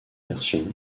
versions